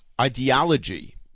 ideology